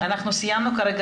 יש לנו את